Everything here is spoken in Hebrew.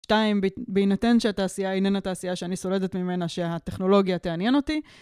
שתיים, בהינתן שהתעשייה איננה תעשייה שאני סולדת ממנה שהטכנולוגיה תעניין אותי.